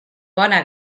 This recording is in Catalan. bona